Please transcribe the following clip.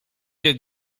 się